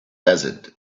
desert